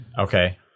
Okay